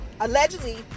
Allegedly